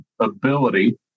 ability